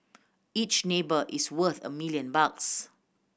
each neighbour is worth a million bucks